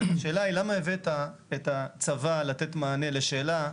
השאלה היא: למה הבאת את הצבא לתת מענה לשאלה?